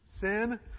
Sin